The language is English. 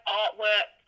artwork